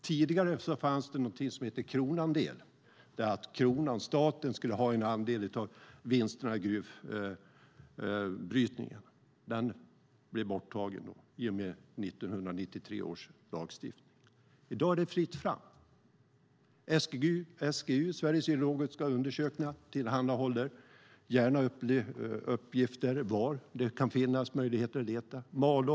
Tidigare fanns någonting som kallades kronoandel och som innebar att kronan, staten, skulle ha en andel av vinsterna från gruvbrytningen. Den togs bort i och med 1993 års lagstiftning. I dag är det fritt fram. SGU, Sveriges geologiska undersökning, tillhandahåller gärna uppgifter om var det kan finnas möjligheter att hitta mineraler.